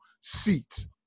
seats